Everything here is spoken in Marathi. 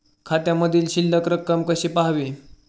खात्यामधील शिल्लक रक्कम कशी पहावी?